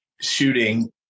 shooting